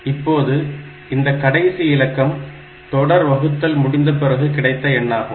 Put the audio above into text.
இப்போது இந்த கடைசி இலக்கம் தொடர் வகுத்தல் முடிந்த பிறகு கிடைத்த எண்ணாகும்